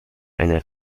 einer